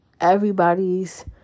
everybody's